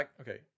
okay